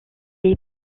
est